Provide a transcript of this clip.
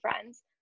friends